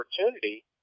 opportunity